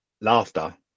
laughter